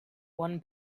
one